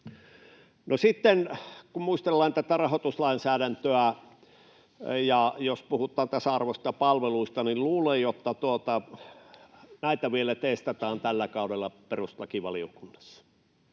sitten kun muistellaan tätä rahoituslainsäädäntöä ja jos puhutaan tasa-arvosta ja palveluista, niin luulen, että näitä vielä testataan tällä kaudella perustuslakivaliokunnassa.